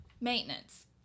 Maintenance